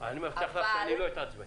-- אני מבטיח לך שאני לא אתעצבן.